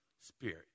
spirit